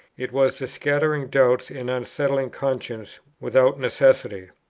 it was the scattering doubts, and unsettling consciences without necessity.